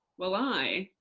well i.